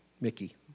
Mickey